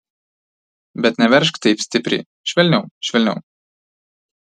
bet neveržk taip stipriai švelniau švelniau